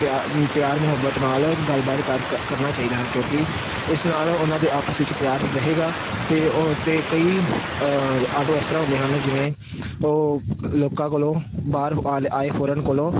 ਪਿਆ ਪਿਆਰ ਮੁਹੱਬਤ ਨਾਲ ਗੱਲਬਾਤ ਕਰ ਕਰਨਾ ਚਾਹੀਦਾ ਹੈ ਕਿਉਂਕਿ ਇਸ ਨਾਲ ਉਹਨਾਂ ਦੇ ਆਪਸ ਵਿੱਚ ਪਿਆਰ ਰਹੇਗਾ ਅਤੇ ਉਹ ਤੇ ਕਈ ਆਟੋ ਇਸ ਤਰ੍ਹਾਂ ਹੁੰਦੇ ਹਨ ਜਿਵੇਂ ਉਹ ਲੋਕਾਂ ਕੋਲੋਂ ਬਾਹਰ ਆਏ ਫੌਰਨ ਕੋਲੋਂ